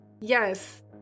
yes